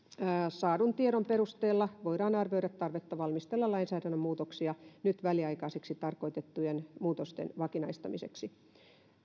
saadun tiedon perustella voidaan arvioida tarvetta valmistella lainsäädännön muutoksia nyt väliaikaisiksi tarkoitettujen muutosten vakinaistamiseksi